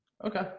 Okay